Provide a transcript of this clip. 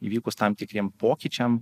įvykus tam tikriem pokyčiam